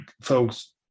folks